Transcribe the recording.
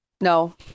No